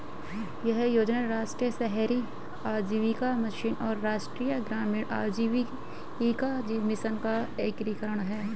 यह योजना राष्ट्रीय शहरी आजीविका मिशन और राष्ट्रीय ग्रामीण आजीविका मिशन का एकीकरण है